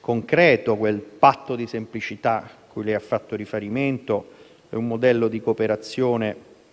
concreto quel patto di semplicità cui ha fatto riferimento e un modello di cooperazione